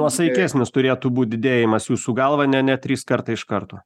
nuosaikesnis turėtų būt didėjimas jūsų galva ne ne trys kartai iš karto